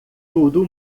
tudo